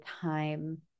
time